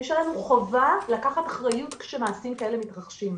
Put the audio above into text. יש לנו חובה לקחת אחריות כשמעשים כאלה מתרחשים.